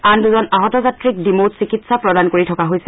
আন দুজন আহত যাত্ৰীক ডিমৌত চিকিৎসা প্ৰদান কৰি থকা হৈছে